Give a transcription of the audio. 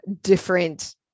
different